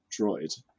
droid